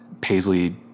Paisley